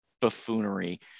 buffoonery